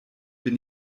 bin